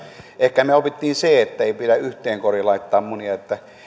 ehkä me opimme sen että ei pidä yhteen koriin laittaa munia että